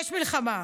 יש מלחמה.